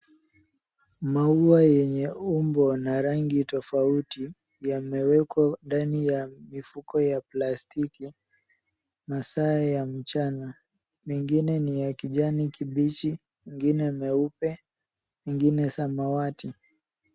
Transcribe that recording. Maua yenye umbo na rangi tofauti yamewekwa ndani ya mifuko ya plastiki, masaa ya mchana, Mengine ni ya kijani kibichi, mengine meupe, mengine ya samawati.